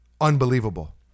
unbelievable